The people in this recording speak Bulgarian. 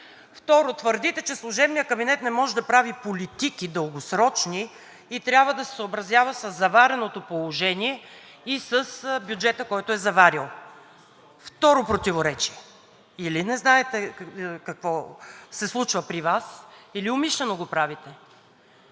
Второ, твърдите, че служебният кабинет не може да прави дългосрочни политики и трябва да се съобразява със завареното положение и с бюджета, който е заварил. Второ противоречие. Или не знаете какво се случва при Вас, или умишлено го правите?